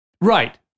Right